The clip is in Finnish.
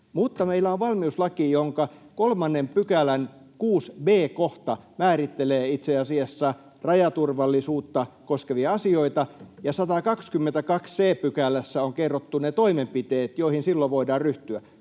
mutta meillä on valmiuslaki, jonka 3 §:n 6 b kohta määrittelee itse asiassa rajaturvallisuutta koskevia asioita ja 122 c §:ssä on kerrottu ne toimenpiteet, joihin silloin voimme ryhtyä,